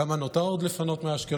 כמה עוד נותר לפנות מאשקלון.